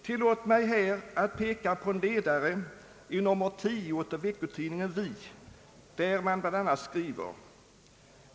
Tillåt mig att här peka på en ledare i nr 10 av veckotidningen Vi, där man skriver blaa.